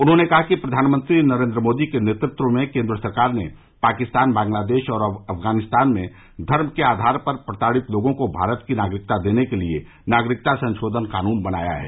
उन्होंने कहा कि प्रधानमंत्री नरेंद्र मोदी के नेतृत्व में केंद्र सरकार ने पाकिस्तान बांग्लादेश और अफगानिस्तान में धर्म के आधार पर प्रताड़ित लोगों को भारत की नागरिकता देने के लिए नागरिकता संशोधन कानून बनाया है